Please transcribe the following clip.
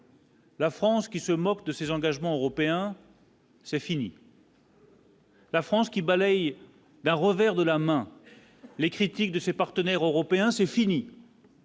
La France qui se moque de ses engagements européens. C'est fini. La France qui balaye d'un revers de la main les critiques de ses partenaires européens, c'est fini.